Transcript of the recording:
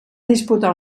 disputar